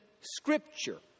Scripture